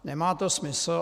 Nemá to smysl.